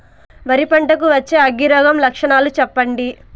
వరి పంట కు వచ్చే అగ్గి రోగం లక్షణాలు చెప్పండి?